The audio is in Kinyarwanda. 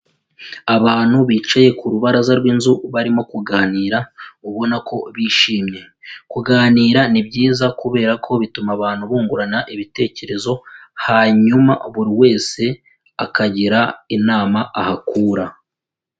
Abantu bicaye ku rubaraza rw'inzu barimo kuganira, ubona ko bishimye; kuganira ni byiza kubera ko bituma abantu bungurana ibitekerezo, hanyuma buri wese akagira inama ahakura.